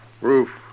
Roof